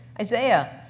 Isaiah